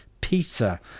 Pizza